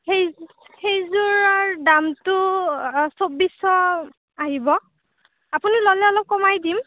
সেই সেইযোৰাৰ দামটো চৌব্বিছশ আহিব আপুনি ল'লে অলপ কমাই দিম